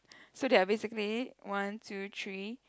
so there are basically one two three